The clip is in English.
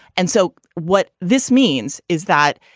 and so what this means is that.